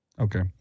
okay